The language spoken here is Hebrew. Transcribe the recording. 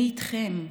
אני איתכם.